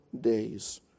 days